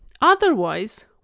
Otherwise